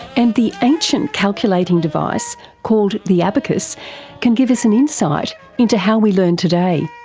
and the ancient calculating device called the abacus can give us an insight into how we learn today.